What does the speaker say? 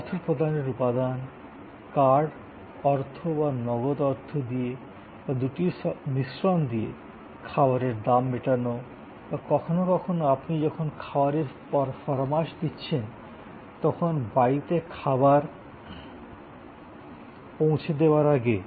অর্থপ্রদানের উপাদান কার্ড বা নগদ অর্থ দিয়ে বা দুটির মিশ্রণ দিয়ে খাবারের দাম মেটানো বা কখনও কখনও আপনি যখন খাবারের ফরমাশ দিচ্ছেন তখন বাড়িতে খাবার পৌঁছে দেওয়ার আগে